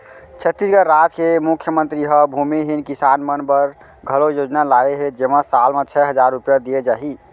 छत्तीसगढ़ राज के मुख्यमंतरी ह भूमिहीन किसान मन बर घलौ योजना लाए हे जेमा साल म छै हजार रूपिया दिये जाही